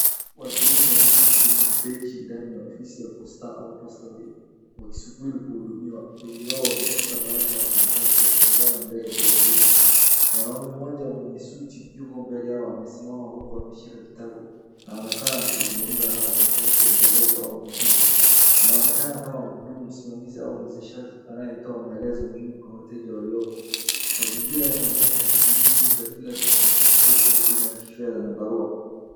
Watu wengi wameketi kwenye benchi ndani ya ofisi ya Posta au Postapay wakisubiri kuhudumia. Wengi wao wameshika bahasha au karatasi wakitazama mbele kwa utulivu. Mwanaume mmoja mwenye suti yuko mbele yao amesimama huku ameshika kitabu, anaonekana akizungumza nao kwa sauti ya maelezo au mafunzo. Anaonekana kama mhudumu msimamizi au mwezeshaji anyetoa maelezo muhimu kwa wateja waliyopo. Mazingira yanaonyesha shughulikia nyinyi za kila siku katika kituo cha huduma ya kifedha na barua.